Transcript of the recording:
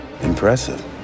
Impressive